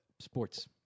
Sports